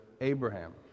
Abraham